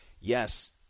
Yes